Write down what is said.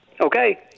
Okay